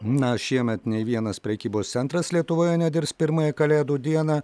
na šiemet nei vienas prekybos centras lietuvoje nedirbs pirmąją kalėdų dieną